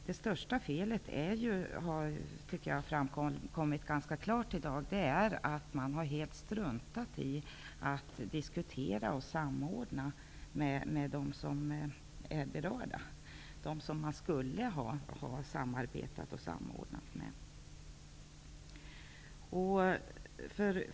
Det största felet är -- det tycker jag har framkommit ganska klart i dag -- att man helt har struntat i att diskutera och samordna med dem som är berörda och som man borde ha diskuterat och samordnat med.